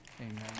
Amen